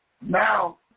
Now